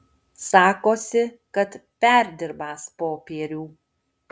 sakosi kad perdirbąs popierių